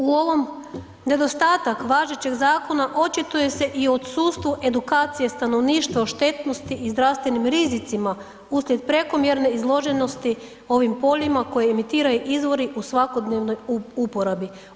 U, u ovom, nedostatak važećeg zakona očituje se i u odsustvu edukacije stanovništva o štetnosti i zdravstvenim rizicima uslijed prekomjerne izloženosti ovim poljima koji emitiraju izvori u svakodnevnoj uporabi.